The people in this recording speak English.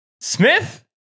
Smith